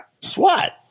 SWAT